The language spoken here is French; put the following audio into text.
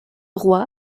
roy